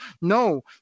No